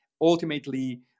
ultimately